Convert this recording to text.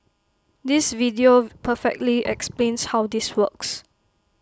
this video perfectly explains how this works